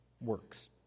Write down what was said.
works